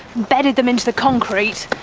embedded them into the concrete,